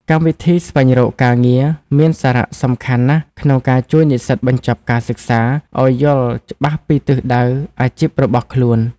កម្មវិធីស្វែងរកការងារមានសារៈសំខាន់ណាស់ក្នុងការជួយនិស្សិតបញ្ចប់ការសិក្សាឱ្យយល់ច្បាស់ពីទិសដៅអាជីពរបស់ខ្លួន។